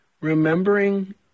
remembering